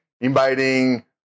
inviting